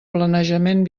planejament